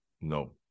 No